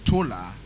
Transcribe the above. Tola